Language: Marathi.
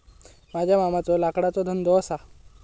माझ्या मामाचो लाकडाचो धंदो असा